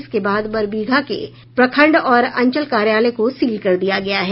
इसके बाद बरबीघा के प्रखंड और अंचल कार्यालय को सील कर दिया गया है